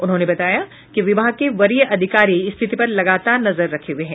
उन्होंने बताया कि विभाग के वरीय अधिकारी स्थिति पर लगातार नजर रखे हुये हैं